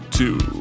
two